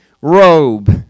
robe